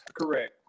Correct